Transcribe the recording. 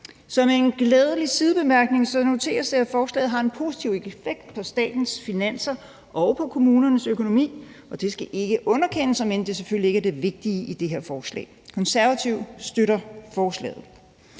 Som en glædelig sidebemærkning noteres det, at forslaget har en positiv effekt på statens finanser og på kommunernes økonomi, og det skal ikke underkendes, om end det selvfølgelig ikke er det vigtige i det her forslag. Konservative støtter forslaget.